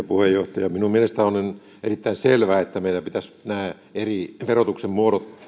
puheenjohtaja minun mielestäni on erittäin selvää että meidän pitäisi nämä eri verotuksen muodot